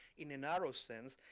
in a narrow sense,